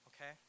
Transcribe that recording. okay